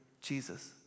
Jesus